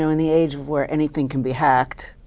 in the age where anything can be hacked,